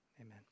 Amen